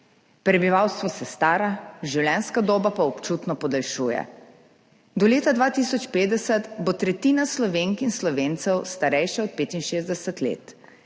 Prebivalstvo se stara, življenjska doba pa občutno podaljšuje. Do leta 2050 bo tretjina Slovenk in Slovencev starejša od 65 let.